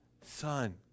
Son